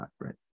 right